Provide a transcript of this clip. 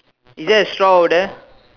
is there a straw over there